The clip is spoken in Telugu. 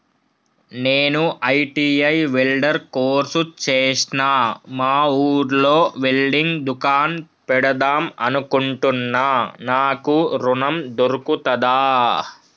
నేను ఐ.టి.ఐ వెల్డర్ కోర్సు చేశ్న మా ఊర్లో వెల్డింగ్ దుకాన్ పెడదాం అనుకుంటున్నా నాకు ఋణం దొర్కుతదా?